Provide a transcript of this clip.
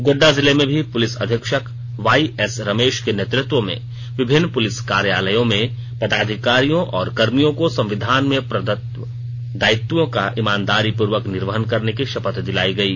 गोड़डा जिले में भी पुलिस अधीक्षक वाईएस रमेश के नेतृत्व में विभिन्न पुलिस कार्यालयों में पदाधिकारियों और कर्मियों को संविधान में प्रदत दायित्वों का ईमानदारी पूर्वक निर्वहन करने की शपथ दिलायी गयी